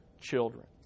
children